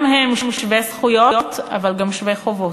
גם הם שווי זכויות, אבל גם שווי חובות.